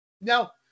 Now